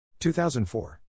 2004